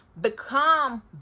become